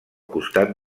costat